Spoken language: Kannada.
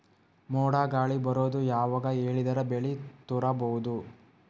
ಮೋಡ ಗಾಳಿ ಬರೋದು ಯಾವಾಗ ಹೇಳಿದರ ಬೆಳೆ ತುರಬಹುದು?